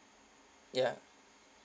ya